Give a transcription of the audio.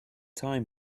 thyme